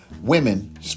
Women